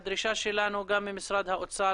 הדרישה שלנו גם ממשרד האוצר,